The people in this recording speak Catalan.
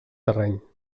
terreny